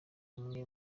umwe